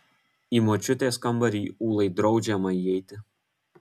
į močiutės kambarį ūlai draudžiama įeiti